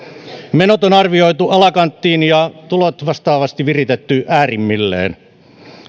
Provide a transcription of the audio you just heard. menot on arvioitu alakanttiin ja tulot vastaavasti viritetty äärimmilleen